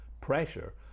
pressure